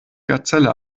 gazelle